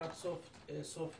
לקראת סוף אוגוסט